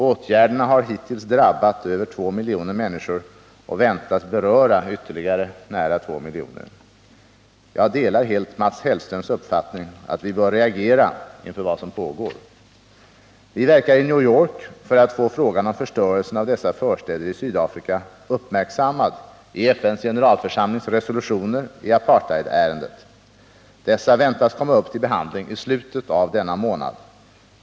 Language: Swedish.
Åtgärderna har hittills drabbat över två miljoner människor och väntas beröra ytterligare nära två miljoner. Jag delar helt Mats Hellströms uppfattning att vi bör reagera inför vad som pågår. Vi verkar i New York för att få frågan om förstörelsen av dessa förstäder i Sydafrika uppmärksammad i FN:s generalförsamlings resolutioner i apartheidärendet. Dessa väntas komma upp till behandling i slutet av denna månad.